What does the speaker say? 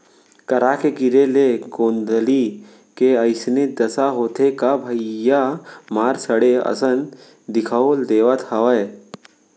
करा के गिरे ले गोंदली के अइसने दसा होथे का भइया मार सड़े असन दिखउल देवत हवय